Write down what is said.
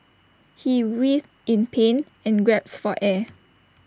he writhed in pain and gasped for air